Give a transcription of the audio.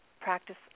practice